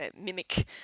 mimic